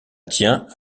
tient